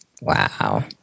Wow